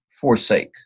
forsake